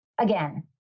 again